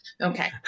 Okay